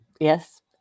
Yes